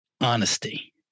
Honesty